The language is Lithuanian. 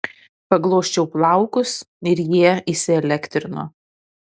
paglosčiau plaukus ir jie įsielektrino